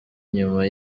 nyuma